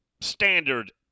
standard